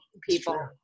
people